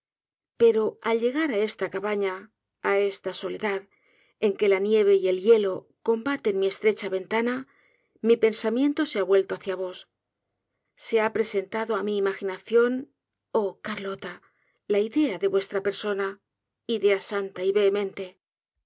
pero al llegar á esta cabana á esta soledad en que la nieve y el hielo combaten mi estreclia ventana mí pensamiento se ha vuelto hacia vos se ha presentado á mi imaginación óh carlota la idea de vuestra peísona idea santa y vehemente